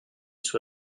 sur